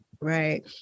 Right